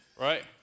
right